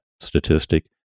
statistic